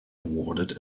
awarded